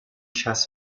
chess